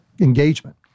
engagement